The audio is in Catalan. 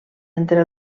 entre